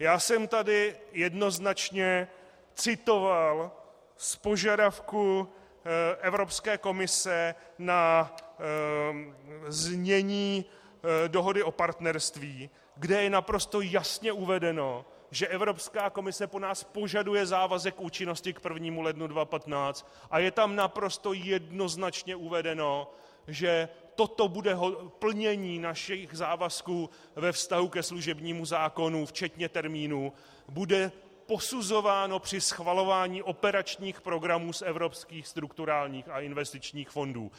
Já jsem tady jednoznačně citoval z požadavku Evropské komise na znění dohody o partnerství, kde je naprosto jasně uvedeno, že Evropská komise pro nás požaduje závazek účinnosti k 1. lednu 2015, a je tam naprosto jednoznačně uvedeno, že toto bude plnění našich závazků ve vztahu ke služebnímu zákonu včetně termínu, bude posuzováno při schvalování operačních programů z evropských strukturálních a investičních fondů.